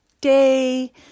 day